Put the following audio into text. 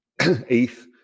ETH